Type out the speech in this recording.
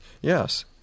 Yes